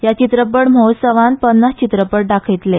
ह्या चित्रपट महोत्सवांत पन्नास चित्रपट दाखयतले